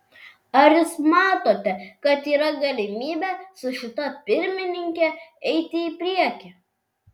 ar jūs matote kad yra galimybė su šita pirmininke eiti į priekį